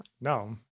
No